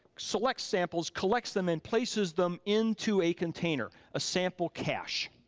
selects samples, collects them, and places them into a container, a sample cache.